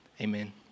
Amen